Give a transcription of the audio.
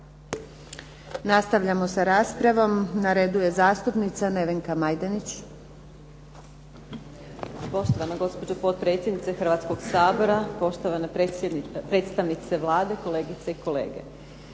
Nastavljamo sa raspravom. Na redu je zastupnica Nevenka Majdenić.